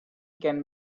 can